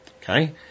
Okay